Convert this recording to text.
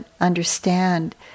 understand